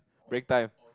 break time